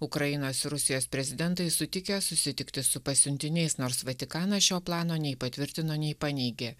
ukrainos rusijos prezidentai sutikę susitikti su pasiuntiniais nors vatikanas šio plano nei patvirtino nei paneigė